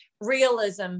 realism